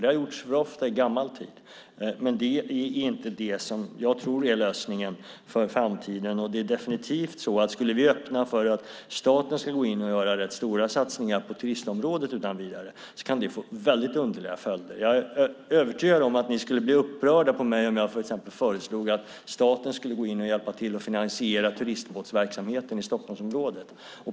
Det har gjorts för ofta i gammal tid, men det är inte lösningen för framtiden. Skulle vi öppna för att staten utan vidare ska göra stora satsningar på turistområdet kan det få underliga följder. Jag är övertygad om att ni skulle bli upprörda om jag skulle föreslå att staten ska finansiera turistbåtsverksamheten i Stockholmsområdet.